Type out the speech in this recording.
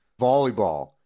volleyball